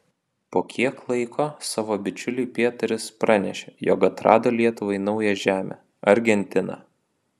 po kiek laiko savo bičiuliui pietaris pranešė jog atrado lietuvai naują žemę argentiną